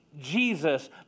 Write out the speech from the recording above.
Jesus